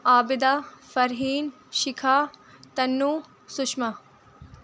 Abida Farheen Shikha Tanu Sushma